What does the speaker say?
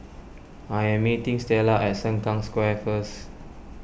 I am meeting Stella at Sengkang Square first